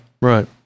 right